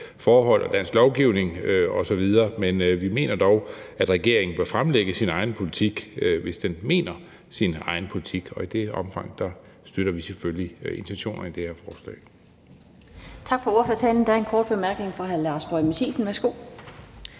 forhold og dansk lovgivning osv. Men vi mener dog, at regeringen bør fremlægge sin egen politik, hvis den mener sin egen politik. Og i det omfang støtter vi selvfølgelig intentionerne i det her forslag.